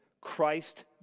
Christ